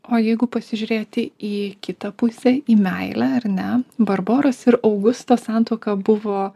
o jeigu pasižiūrėti į kitą pusę į meilę ar ne barboros ir augusto santuoka buvo